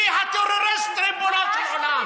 מי הטרוריסט, ריבונו של עולם?